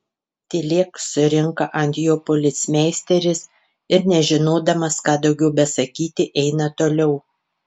tylėk surinka ant jo policmeisteris ir nežinodamas ką daugiau besakyti eina toliau